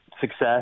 success